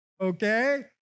okay